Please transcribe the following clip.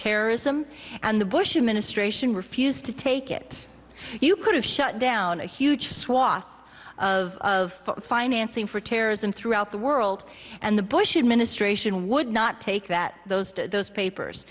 terrorism and the bush administration refused to take it you could have shut down a huge swath of of financing for terrorism throughout the world and the bush administration would not take that those those papers